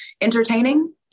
entertaining